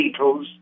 Beatles